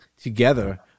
together